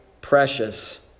precious